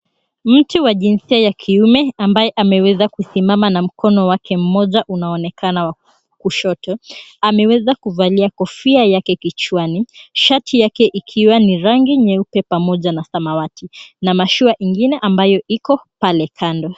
Mtu wa jinsia ya kiume ambaye ameweza kusimama na mkono wake mmoja unaonekana wa kushoto. Ameweza kuvalia kofia yake kichwani, shati yake ikiwa ni rangi nyeupe pamoja na samawati na mashua ingine ambayo iko pale kando.